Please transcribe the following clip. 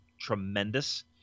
tremendous